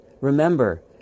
Remember